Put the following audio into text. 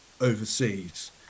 overseas